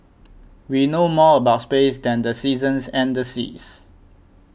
we know more about space than the seasons and the seas